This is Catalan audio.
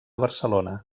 barcelona